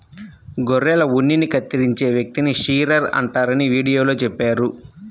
గొర్రెల ఉన్నిని కత్తిరించే వ్యక్తిని షీరర్ అంటారని వీడియోలో చెప్పారు